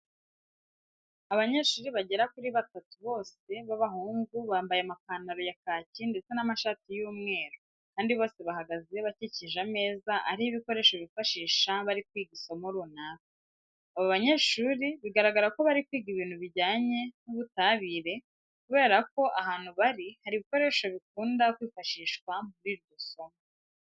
Abanyeshuri bagera kuri batatu bose b'abahungu bambaye amapantaro ya kaki ndetse n'amashati y'umweru kandi bose bahagaze bakikije ameza ariho ibikoresho bifashisha bari kwiga isomo runaka. Aba banyeshuri biragaragara ko bari kwiga ibintu bijyanye n'ubutabire kubera ko ahantu bari hari ibikoresho bikunda kwifashishwa muri iryo somo.